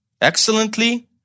Excellently